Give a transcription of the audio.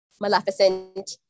Maleficent